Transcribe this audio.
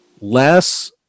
less